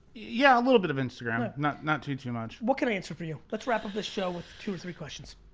yeah a little bit of instagram, not not too too much. what can i answer for you? let's wrap up this show with two or three questions.